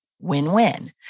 win-win